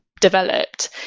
developed